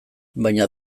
baina